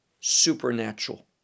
supernatural